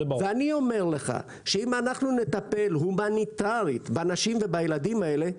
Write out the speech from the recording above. ואני אומר לך שאם אנחנו נטפל הומניטרית בנשים ובילדים האלה,